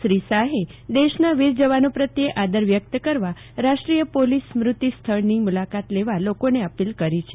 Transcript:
શ્રી શાહે દેશના વીરજવાનો પ્રત્યે આદર વ્યકત કરવા રાષ્ટ્રીય પોલીસ સ્મૃતિ સ્થળની મુલાકાત લેવા લોકોને અપીલ કરી છે